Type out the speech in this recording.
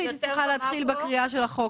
להתחיל בקריאה של החוק.